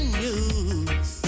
news